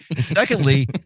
Secondly